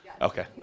Okay